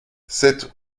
sept